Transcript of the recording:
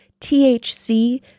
THC